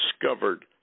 discovered